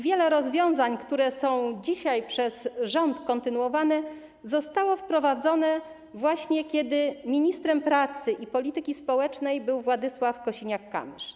Wiele rozwiązań, które są dzisiaj przez rząd kontynuowane, zostało wprowadzonych właśnie wtedy, kiedy ministrem pracy i polityki społecznej był Władysław Kosiniak-Kamysz.